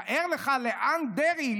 "'תאר לך לאן דרעי,